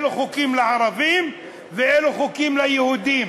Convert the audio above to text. אלו חוקים לערבים ואלו חוקים ליהודים.